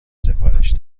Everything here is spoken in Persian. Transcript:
سفارش